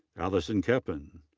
allison koeppen.